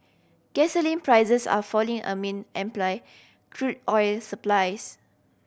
gasoline prices are falling amid crude oil supplies